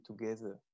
together